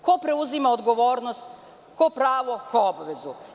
Ko preuzima odgovornost, ko pravo, ko obavezu?